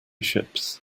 ships